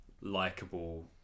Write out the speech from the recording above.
likable